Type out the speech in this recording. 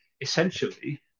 essentially